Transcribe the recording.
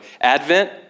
Advent